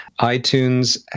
iTunes